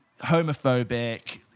homophobic